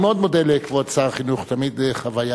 אני מאוד מודה לכבוד שר החינוך, זו תמיד חוויה